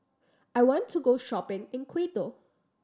I want to go shopping in Quito